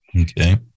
okay